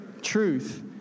truth